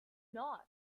not